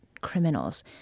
criminals